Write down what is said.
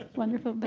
wonderful. but